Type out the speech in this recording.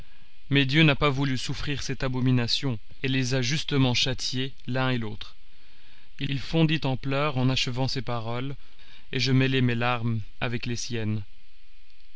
mais dieu n'a pas voulu souffrir cette abomination et les a justement châtiés l'un et l'autre il fondit en pleurs en achevant ces paroles et je mêlai mes larmes avec les siennes